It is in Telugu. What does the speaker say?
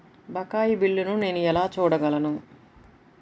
బకాయి బిల్లును నేను ఎలా చూడగలను?